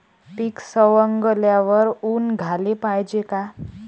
पीक सवंगल्यावर ऊन द्याले पायजे का?